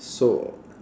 so